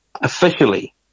officially